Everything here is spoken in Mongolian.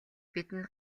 бидэнд